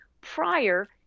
prior